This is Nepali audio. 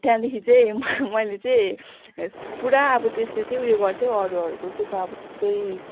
त्यहाँदेखि चाहिँ मैले चाहिँ पुरा अब त्यसले चाहिँ उयो गर्थ्यौ अरूहरूको क्या हौ त अब जस्तै